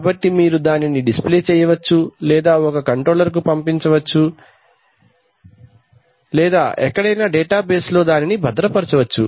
కాబట్టి మీరు దానిని డిస్ప్లే చేయవచ్చు లేదా ఒక కంట్రోలర్ కు పంపించవచ్చు లేదా ఎక్కడైనా డేటాబేస్ లో దానిని భద్రపరచవచ్చు